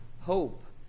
hope